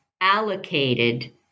allocated